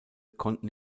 konnten